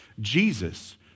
Jesus